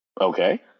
Okay